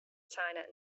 china